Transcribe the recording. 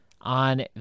on